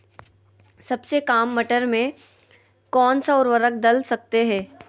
सबसे काम मटर में कौन सा ऊर्वरक दल सकते हैं?